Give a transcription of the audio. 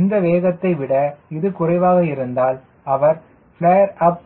இந்த வேகத்தை விட இது குறைவாக இருந்தால் அவர் ப்லேர் அப்